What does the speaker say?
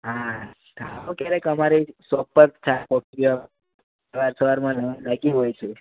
હા તો ક્યારેક અમારે શોપ પર ચા કોફી પીવા સવાર સવારમાં જ લાગ્યું હોય છે